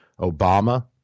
Obama